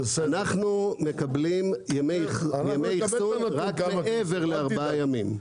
אנחנו מקבלים ימי אחסון רק מעבר לארבעה ימים.